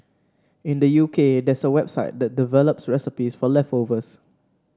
in the U K there's a website that develops recipes for leftovers